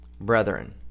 brethren